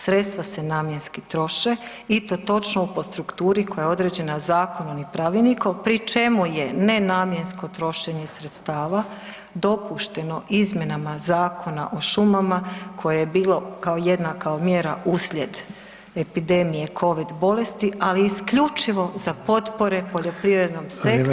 Sredstva se namjenski troše i to točno po strukturi koja je određena zakonom i pravilnikom, pri čemu je nenamjensko trošenje sredstava dopušteno izmjenama Zakona o šumama koje je bilo kao jedna mjera uslijed epidemije COVID bolesti ali isključivo za potpore poljoprivrednom sektoru.